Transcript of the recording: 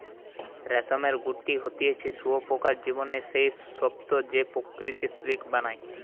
রেশমের গুটি হতিছে শুঁয়োপোকার জীবনের সেই স্তুপ যে প্রকৃত সিল্ক বানায়